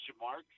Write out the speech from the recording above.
mark